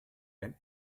ein